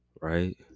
right